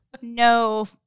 No